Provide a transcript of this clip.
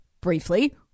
briefly